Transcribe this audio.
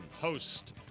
host